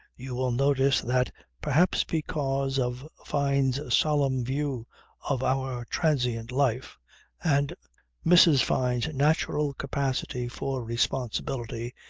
you will notice that perhaps because of fyne's solemn view of our transient life and mrs. fyne's natural capacity for responsibility,